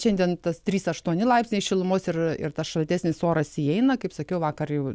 šiandien tas trys aštuoni laipsniai šilumos ir ir tas šaltesnis oras įeina kaip sakiau vakar jau